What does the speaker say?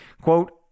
Quote